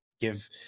give